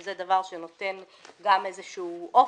שזה דבר שנותן גם איזה אופק,